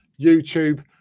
YouTube